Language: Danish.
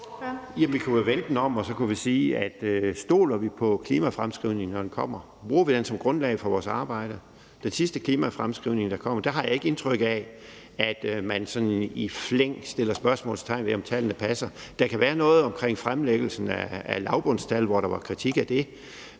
Vi kunne jo vende den om og sige: Stoler vi på klimafremskrivningerne, når de kommer, og bruger vi dem som grundlag for vores arbejde? I forhold til den sidste klimafremskrivning, der kom, har jeg ikke indtryk af, at man sådan i flæng sætter spørgsmålstegn ved, om tallene passer. Der kan være noget omkring fremlæggelsen af lavbundstallene, hvor der har været kritik af det.